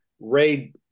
Ray